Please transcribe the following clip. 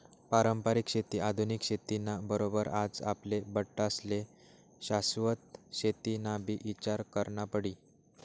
पारंपरिक शेती आधुनिक शेती ना बरोबर आज आपले बठ्ठास्ले शाश्वत शेतीनाबी ईचार करना पडी